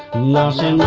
nasa